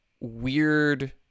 weird